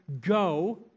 Go